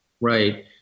Right